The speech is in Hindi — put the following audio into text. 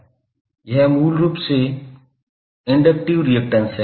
यह शब्द मूल रूप से इंडक्टिव रिअक्टैंस है